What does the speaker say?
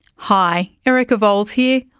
hi, erica vowles here,